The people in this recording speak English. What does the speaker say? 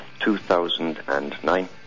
2009